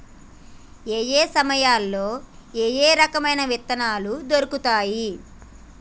ఏయే సమయాల్లో ఏయే రకమైన విత్తనాలు దొరుకుతాయి?